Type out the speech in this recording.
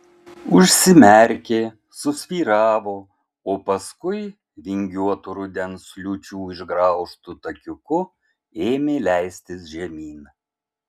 užsimerkė susvyravo o paskui vingiuotu rudens liūčių išgraužtu takiuku ėmė leistis žemyn